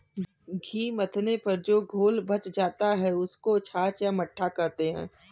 घी मथने पर जो घोल बच जाता है, उसको छाछ या मट्ठा कहते हैं